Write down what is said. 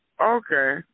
Okay